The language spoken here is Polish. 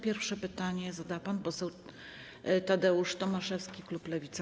Pierwsze pytanie zada pan poseł Tadeusz Tomaszewski, klub Lewica.